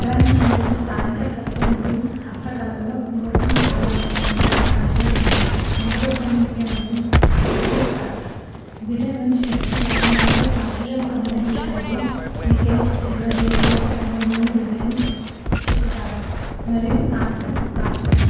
తెలంగాణలో స్థానిక కళలు మరియు హస్త కళలలో నిమగ్నం కావడానికి అనేక అవకాశాలు ఉన్నాయి అందులో కొన్ని ముఖ్యమైనవి బిద్రి క్రాఫ్ట్ బిదర్ నుంచి వచ్చి తెలంగాణలో ప్రాచుర్యం పొందిన ఈ కళలో నికెల్ సిల్వర్ లోహలపై అందమైన డిజైన్లు చెక్కుతారు మరియు కాన్స కాస్టింగ్స్